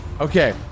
Okay